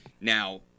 Now